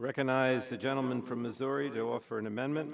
recognizes the gentleman from missouri to offer an amendment